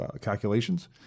calculations